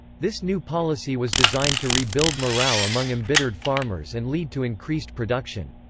this new policy was designed to re-build morale among embittered farmers and lead to increased production.